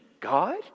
God